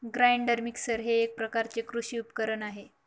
grinder mixer हे एक प्रकारचे कृषी उपकरण आहे